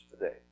today